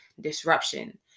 disruption